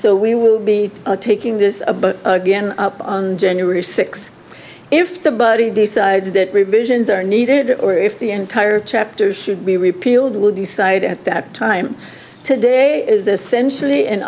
so we will be taking this up but again up on january sixth if the body decides that revisions are needed or if the entire chapter should be repealed we'll decide at that time today is essentially an